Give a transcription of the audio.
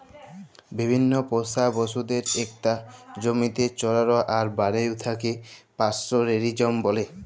বিভিল্ল্য পোষা পশুদের ইকট জমিতে চরাল আর বাড়ে উঠাকে পাস্তরেলিজম ব্যলে